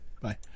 Bye